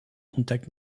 contacts